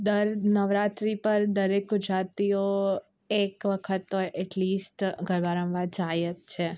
દર નવરાત્રિ પર દરેક ગુજરાતીઓ એક વખત તો એટલીસ્ટ ગરબા રમવા જાય જ છે